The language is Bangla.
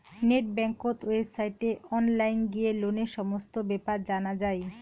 নেট বেংকত ওয়েবসাইটে অনলাইন গিয়ে লোনের সমস্ত বেপার জানা যাই